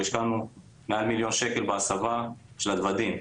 אנחנו כבר השקענו מעל מיליון שקלים בהסבה של הדוודים,